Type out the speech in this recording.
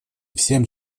всем